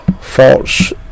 false